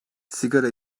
sigara